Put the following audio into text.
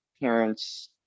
parents